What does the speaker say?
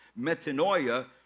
metanoia